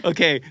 Okay